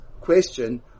question